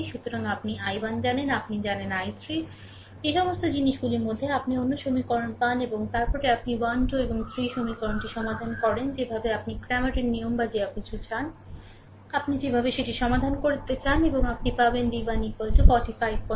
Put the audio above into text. সুতরাং আপনি I1 জানেন আপনি জানেন i3 এই সমস্ত জিনিসগুলির মধ্যে আপনি অন্য সমীকরণ পান এবং তারপরে আপনি 1 2 এবং 3 সমীকরণটি সমাধান করেন যেভাবে আপনি ক্র্যামারের নিয়ম বা কোনও কিছু চান আপনি যেভাবে এটি সমাধান করতে চান এবং আপনি পাবেনv1 4545 ভোল্ট